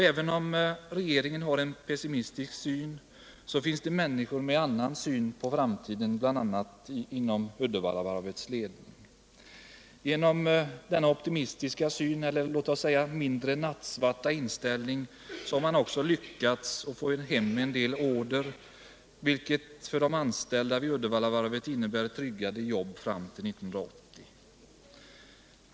Även om regeringen har en pessimistisk syn, finns det människor med en annan syn på framtiden, bl.a. inom Uddevallavarvets ledning. Tack vare denna optimistiska syn — eller låt oss säga mindre nattsvarta inställning — har man också lyckats få en del order, vilket för de anställda vid Uddevallavarvet innebär tryggade jobb fram till 1980.